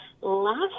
last